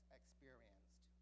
experienced